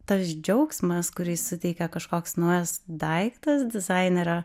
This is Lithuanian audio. tas džiaugsmas kurį suteikia kažkoks naujas daiktas dizainerio